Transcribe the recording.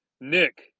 Nick